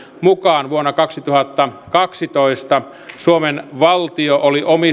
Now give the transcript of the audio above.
mukaan vuonna kaksituhattakaksitoista suomen valtio oli omistajana mukana yhtiöissä ja